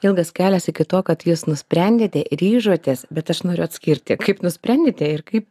ilgas kelias iki to kad jūs nusprendėte ryžotės bet aš noriu atskirti kaip nusprendėte ir kaip